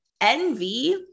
envy